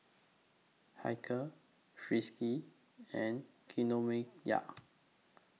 Hilker Friskies and Kinokuniya